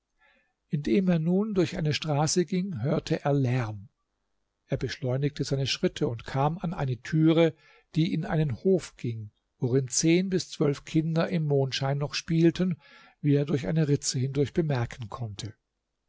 indem er nun durch eine straße ging hörte er lärm er beschleunigte seine schritte und kam an eine türe die in einen hof ging worin zehn bis zwölf kinder im mondschein noch spielten wie er durch eine ritze hindurch bemerken konnte